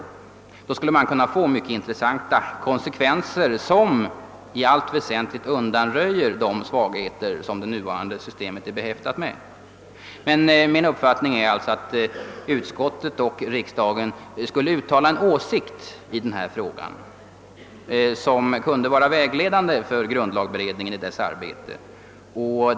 En sådan omläggning skulle kunna få mycket intressanta konsekvenser som i allt väsentligt undanröjer de svagheter som det nuvarande systemet för mandattider är behäftat med. Min uppfattning är därför att riksdagen och utskottet i denna fråga borde uttala en åsikt som kunde vara vägledande för grundlagberedningen i dess arbete.